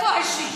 איפה ה-60?